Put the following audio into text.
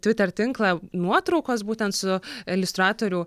twitter tinklą nuotraukos būtent su iliustratorių